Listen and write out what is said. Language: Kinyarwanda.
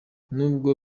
nubwo